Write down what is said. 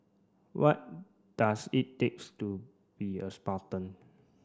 what does it takes to be a Spartan